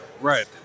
Right